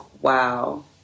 wow